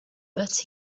but